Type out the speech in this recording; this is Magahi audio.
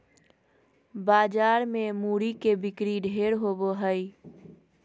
बाजार मे मूरी के बिक्री ढेर होवो हय